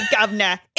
governor